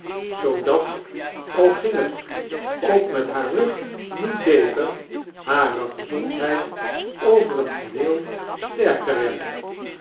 zoodat al ging het ook met haar rug niet beter hare gezondheid over het geheel steicker werd